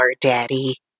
daddy